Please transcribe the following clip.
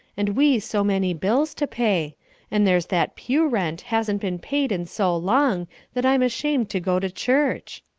and we so many bills to pay and there's that pew-rent hasn't been paid in so long that i'm ashamed to go to church.